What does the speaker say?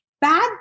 bad